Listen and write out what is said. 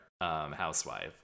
housewife